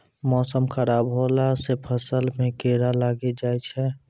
मौसम खराब हौला से फ़सल मे कीड़ा लागी जाय छै?